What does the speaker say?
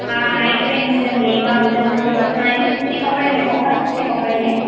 हा Nike pant हुजनि लेंगा हुजनि उहे बि वठणा आहिनि सूती कपिड़े में खपनि सुठे कपिड़े में